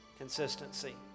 consistency